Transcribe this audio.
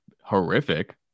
horrific